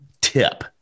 tip